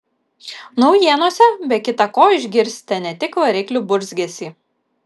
naujienose be kita ko išgirsite ne tik variklių burzgesį